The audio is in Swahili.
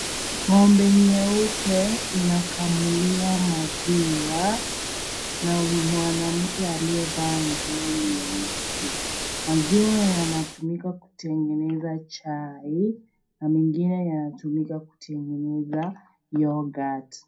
Ngombe nyeupe inakamuliwa maziwa, na mwanamke aliyevaa nguo nyeusi. Maziwa yanatumika kutengeneza chai, na mengine yanatumika kutengeneza youghurt .